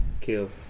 Kill